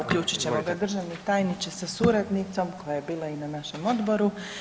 uključit ćemo ga, državni tajnice sa suradnicom koja je bila i na našem odboru.